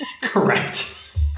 Correct